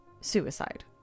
Suicide